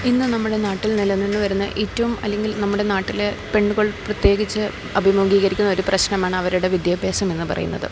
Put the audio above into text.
ഇന്ന് നമ്മുടെ നാട്ടിൽ നിലനിന്ന് വരുന്ന ഏറ്റവും അല്ലെങ്കിൽ നമ്മുടെ നാട്ടിലെ പെണ്ണുകൾ പ്രത്യേകിച്ച് അഭിമുഖീകരിക്കുന്ന ഒരു പ്രശ്നമാണ് അവരുടെ വിദ്യാഭ്യാസമെന്ന് പറയുന്നത്